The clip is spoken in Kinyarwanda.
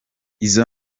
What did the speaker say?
izo